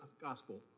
gospel